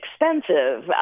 expensive